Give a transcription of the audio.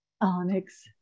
Onyx